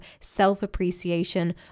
self-appreciation